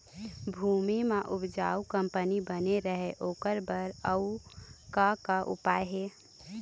भूमि म उपजाऊ कंपनी बने रहे ओकर बर अउ का का उपाय हे?